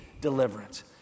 deliverance